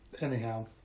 anyhow